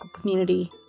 community